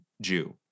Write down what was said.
Jew